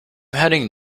heading